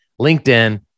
LinkedIn